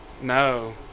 No